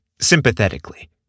sympathetically